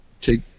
take